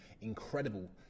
incredible